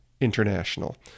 International